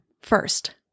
First